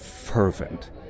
Fervent